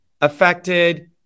affected